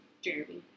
Jeremy